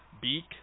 beak